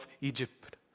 Egypt